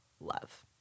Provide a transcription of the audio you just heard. love